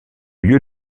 lieu